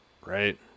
right